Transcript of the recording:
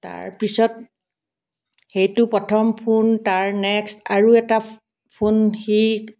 তাৰ পিছত সেইটো প্ৰথম ফোন তাৰ নেক্সট আৰু এটা ফোন সি